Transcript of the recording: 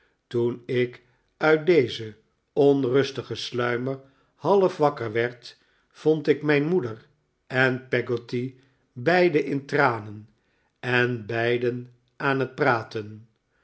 toen ik uit dezen onrustigen sluimer half wakker werd vond ik mijn moeder en peggotty beiden in tranen en beiden aan het praten